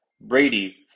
Brady